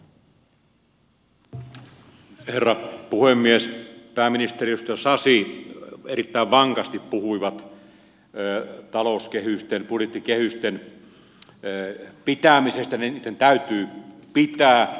pääministeri ja edustaja sasi erittäin vankasti puhuivat talouskehysten budjettikehysten pitämisestä niiden täytyy pitää